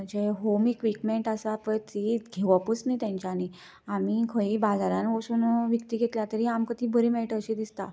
जें home equipment आसा ती घेवपच न्ही तेंच्यानी आमी खंयू बाजारान वचून विकती घेतल्यार तरी आमकां ती बरी मेळटा अशे दिसता